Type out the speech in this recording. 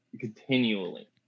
continually